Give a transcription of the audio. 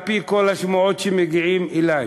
על-פי כל השמועות שמגיעות אלי.